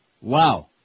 Wow